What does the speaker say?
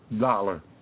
dollar